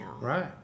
Right